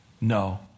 No